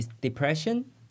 depression